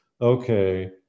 Okay